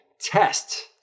test